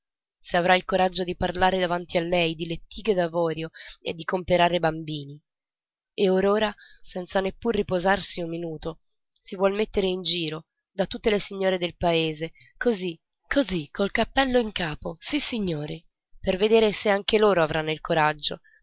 se avrà il coraggio di parlare davanti a lei di lettighe d'avorio e di comperare i bambini e or ora senza neppur riposarsi un minuto si vuol mettere in giro da tutte le signore del paese così così col cappello in capo sissignori per vedere se anche loro avranno il coraggio